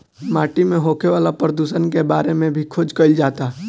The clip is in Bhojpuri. माटी में होखे वाला प्रदुषण के बारे में भी खोज कईल जाता